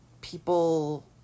people